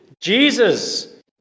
jesus